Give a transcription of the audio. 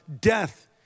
Death